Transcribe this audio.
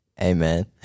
Amen